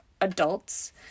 adults